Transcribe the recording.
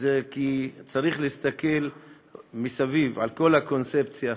וזה כי צריך להסתכל מסביב על כל הקונספציה,